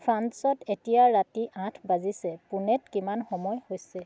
ফ্ৰান্সত এতিয়া ৰাতি আঠ বাজিছে পুণেত কিমান সময় হৈছে